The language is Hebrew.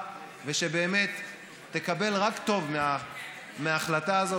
ושבאמת תקבל רק טוב מההחלטה הזאת,